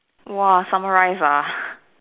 !wah! summarise ah